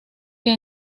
que